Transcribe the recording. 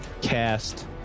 cast